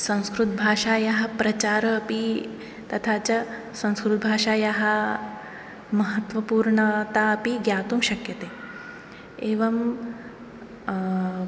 संस्कृतभाषायाः प्रचारः अपि तथा च संस्कृतभाषायाः महत्वपूर्णतापि ज्ञातुं शक्यते एवम्